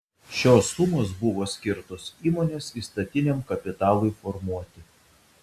šios sumos buvo skirtos įmonės įstatiniam kapitalui formuoti